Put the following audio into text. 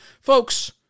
Folks